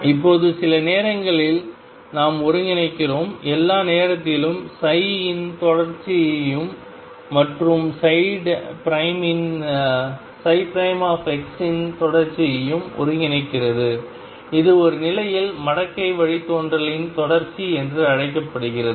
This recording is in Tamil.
இப்போது சில நேரங்களில் நாம் ஒன்றிணைக்கிறோம் எல்லா நேரத்திலும் இன் தொடர்ச்சியையும் மற்றும் இன் தொடர்ச்சியையும் ஒன்றிணைக்கிறது இது ஒரு நிலையில் மடக்கை வழித்தோன்றலின் தொடர்ச்சி என்று அழைக்கப்படுகிறது